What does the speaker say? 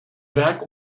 werk